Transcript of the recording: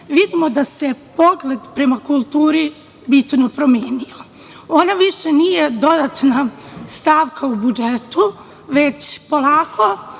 vidimo da se pogled prema kulturi bitno promenio. Ona više nije dodatna stavka u budžetu, već polako